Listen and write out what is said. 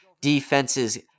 defenses